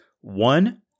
one